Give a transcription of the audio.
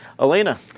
Elena